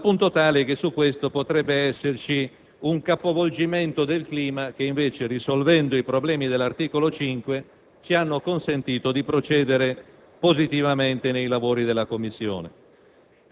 al punto tale che per questo potrebbe esservi un capovolgimento di quel clima che, invece, risolvendo i problemi relativi all'articolo 5, ci ha consentito di procedere positivamente durante i lavori della Commissione.